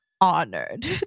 honored